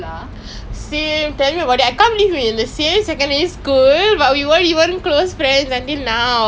like there was the holiday lah december holidays the whole one month ah non-stop only one game eh FIFA I play